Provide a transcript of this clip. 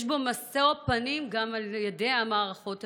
יש בה משוא פנים גם על ידי המערכות השונות.